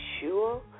sure